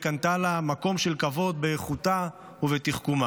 וקנתה לה מקום של כבוד באיכותה ובתחכומה.